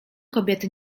kobiety